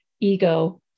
ego